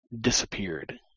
disappeared